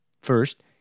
First